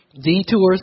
Detours